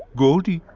goldie!